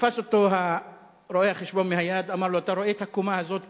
תפס אותו רואה-החשבון ביד ואמר לו: אתה רואה את הקומה הזאת כולה?